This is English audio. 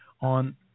on